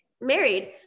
married